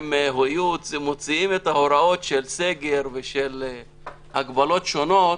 הם מוציאים את ההוראות של סגר ושל הגבלות שונות,